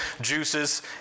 juices